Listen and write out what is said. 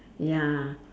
ya